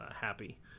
happy